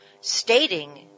stating